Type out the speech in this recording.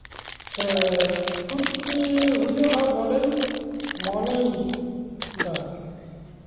ᱥᱮ ᱠᱷᱚᱛᱤ ᱦᱩᱭᱩᱜᱼᱟ ᱵᱚᱞᱮᱧ ᱢᱚᱱᱮᱭᱮᱫᱟ